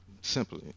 simply